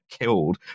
killed